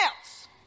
else